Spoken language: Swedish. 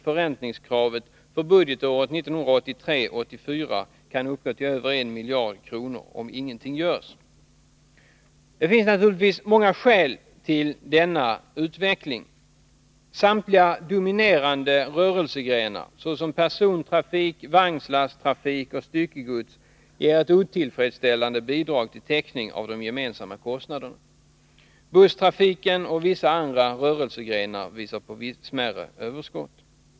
förräntningskravet, för budgetåret 1983/84 kan uppgå till över 1 miljard kronor, om ingenting görs. Det finns naturligtvis många skäl till denna utveckling. Samtliga dominerande rörelsegrenar — såsom persontrafik, vagnslasttrafik och styckegods — ger ett otillfredsställande bidrag till täckning av de gemensamma kostnaderna. Busstrafiken och vissa andra rörelsegrenar visar på smärre överskott.